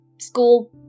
school